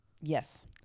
Yes